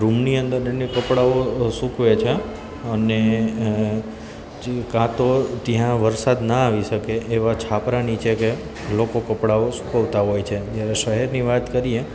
રૂમની અંદર કપડાંઓ સૂકવે છે અને જી કાં તો ત્યાં વરસાદ ન આવી શકે એવાં છાપરા નીચે કે લોકો કપડાંઓ સુકવતા હોય છે જ્યારે શહેરની વાત કરીએ